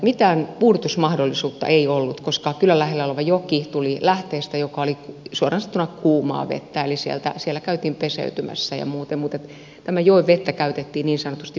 mitään puudutusmahdollisuutta ei ollut koska kylän lähellä oleva joki tuli lähteestä joka oli suoraan sanottuna kuumaa vettä eli siellä käytiin peseytymässä mutta tämän joen vettä käytettiin niin sanotusti puudukkeena